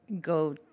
go